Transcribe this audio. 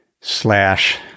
slash